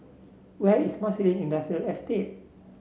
where is Marsiling Industrial Estate